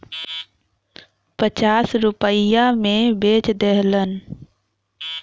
पचास रुपइया मे बेच देहलन